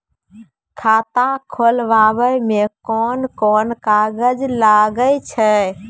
खाता खोलावै मे कोन कोन कागज लागै छै?